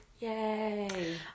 Yay